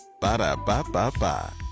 Ba-da-ba-ba-ba